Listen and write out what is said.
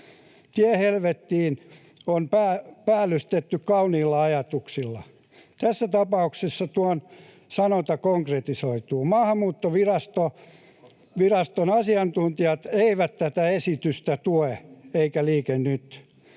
Tie helvettiin on päällystetty kauniilla ajatuksilla. Tässä tapauksessa tuo sanonta konkretisoituu. Maahanmuuttoviraston asiantuntijat eivät tätä esitystä tue, eikä Liike Nyt.